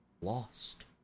lost